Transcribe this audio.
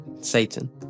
Satan